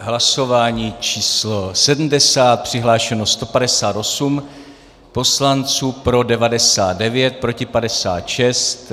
Hlasování číslo 70, přihlášeno 158 poslanců, pro 99, proti 56.